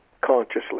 consciously